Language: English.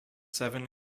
seven